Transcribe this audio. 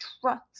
trust